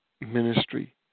ministry